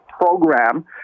program